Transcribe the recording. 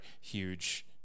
huge